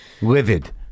Livid